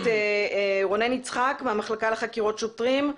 את רונן יצחק מהמחלקה לחקירות שוטרים,